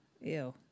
Ew